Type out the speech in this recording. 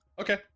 okay